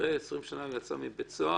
אחרי 20 שנה הוא יצא מבית הסוהר.